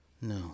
No